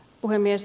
puhemies